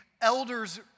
elders